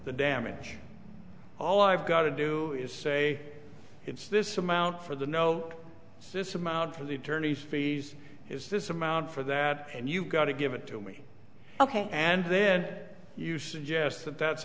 the damage all i've got to do is say it's this amount for the no system out for the attorney fees is this amount for that and you've got to give it to me ok and then you suggest that that's